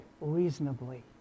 reasonably